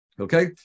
Okay